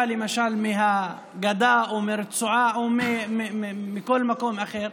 למשל עם אישה מהגדה או מהרצועה או מכל מקום אחר,